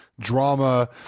Drama